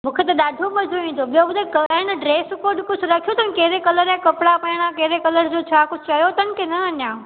मूंखे त ॾाढो मज़ो ईंदो ॿियो ॿुधाए कराए न ड्रेस कोड कुझु रखियो अथनि कहिड़े कलर जा कपिड़ा पाइणा कहिड़े कलर जो छा कुझु चयो अथनि की न अञा